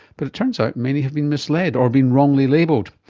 but it turns out many have been misled or been wrongly labelled.